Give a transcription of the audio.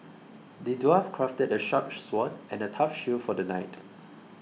the dwarf crafted a sharp sword and a tough shield for the knight